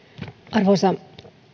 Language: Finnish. arvoisa